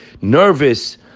nervous